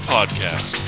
Podcast